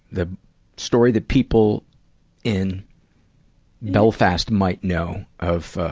the story that people in belfast might know of, ah,